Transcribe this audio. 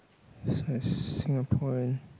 so it's Singaporean